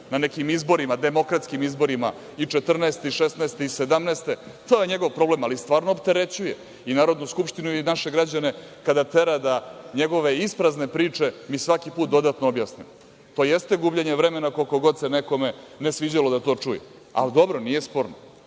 na nekim izborima, demokratskim izborima i 2014, 2016. i 2017. godine, to je njegov problem, ali stvarno opterećuje i Narodnu skupštinu i naše građane kada tera da njegove isprazne priče mi svaki put dodatno objasnimo. To jeste gubljenje vremena, koliko god se nekome ne sviđa da to čuje, ali dobro nije sporno.